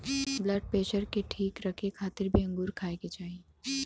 blood pressure के ठीक रखे खातिर भी अंगूर खाए के चाही